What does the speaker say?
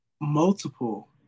Multiple